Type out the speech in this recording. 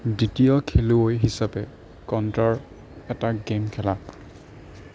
দ্বিতীয় খেলুৱৈ হিচাপে কণ্ট্ৰাৰ এটা গে'ম খেলা